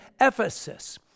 Ephesus